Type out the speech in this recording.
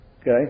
Okay